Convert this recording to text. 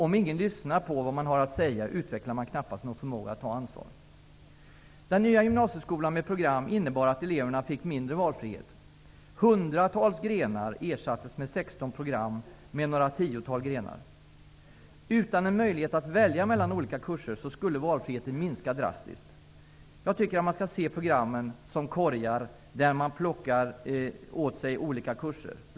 Om ingen lyssnar på vad man har att säga utvecklar man knappast någon förmåga att ta ansvar. Utan en möjlighet att välja mellan olika kurser skulle valfriheten minska drastiskt. Jag tycker att man skall se programmen som korgar där man plockar åt sig olika kurser.